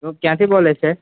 તું ક્યાંથી બોલે છે